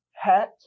hat